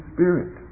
Spirit